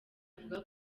avuga